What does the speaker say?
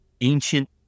ancient